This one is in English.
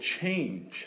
change